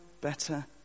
better